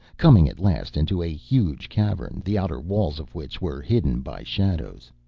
coming, at last, into a huge cavern, the outer walls of which were hidden by shadows.